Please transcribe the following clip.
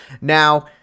Now